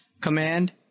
command